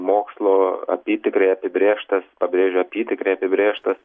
mokslo apytikriai apibrėžtas pabrėžiu apytikriai apibrėžtas